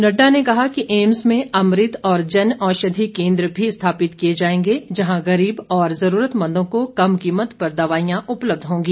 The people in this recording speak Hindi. नड्डा ने कहा कि एम्स में अमृत और जनऔषधी केन्द्र भी स्थापित किए जाएंगे जहां गरीब और जरूरमंदों को कम कीमत पर दवाईयां उपलब्ध होंगी